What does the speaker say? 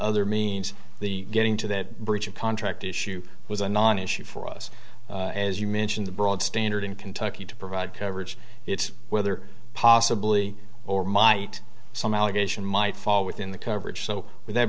other means the getting to that breach of contract issue was a non issue for us as you mentioned the broad standard in kentucky to provide coverage it's whether possibly or might some allegation might fall within the coverage so w